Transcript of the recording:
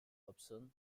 hobson